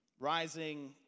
Rising